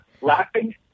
Laughing